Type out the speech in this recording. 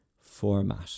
format